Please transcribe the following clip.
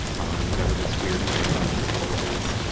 on whatever this weird phenomenon critical role is,